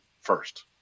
first